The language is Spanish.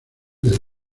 del